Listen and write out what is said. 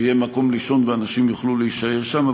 שיהיה מקום לישון ואנשים יוכלו להישאר שם.